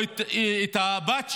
או את הבת שלה,